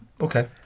Okay